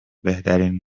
بهترین